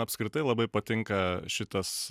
apskritai labai patinka šitas